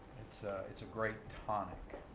it's ah it's a great tonic.